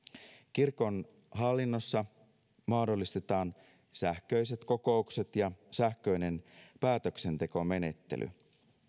kirkon hallinnossa mahdollistetaan sähköiset kokoukset ja sähköinen päätöksentekomenettely